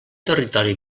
territori